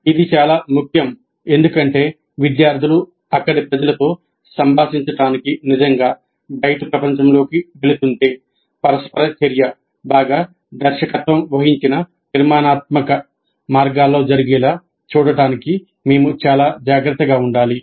ఇది చాలా ముఖ్యం ఎందుకంటే విద్యార్థులు అక్కడి ప్రజలతో సంభాషించడానికి నిజంగా బయటి ప్రపంచంలోకి వెళుతుంటే పరస్పర చర్య బాగా దర్శకత్వం వహించిన నిర్మాణాత్మక మార్గాల్లో జరిగేలా చూడడానికి మేము చాలా జాగ్రత్తగా ఉండాలి